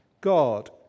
God